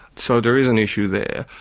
so there is an issue there.